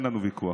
אין לנו ויכוח.